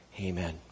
Amen